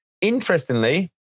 interestingly